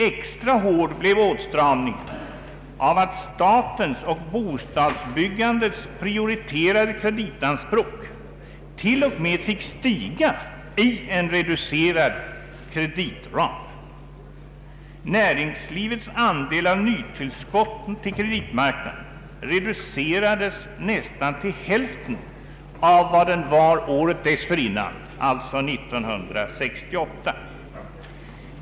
Extra hård blev åtstramningen genom att statens och bostadsbyggandets prioriterade kreditanspråk till och med fick stiga i en reducerad kreditram. Näringslivets andel av nytillskotten till kreditmarknaden reducerades nästan till hälften av vad den var år 1968.